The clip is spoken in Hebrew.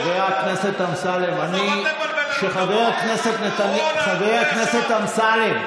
חבר הכנסת אמסלם, חבר הכנסת אמסלם,